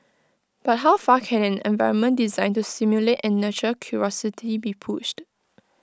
but how far can an environment designed to stimulate and nurture curiosity be pushed